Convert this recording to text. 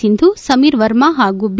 ಸಿಂಧು ಸಮೀರ್ ವರ್ಮ ಹಾಗೂ ಬಿ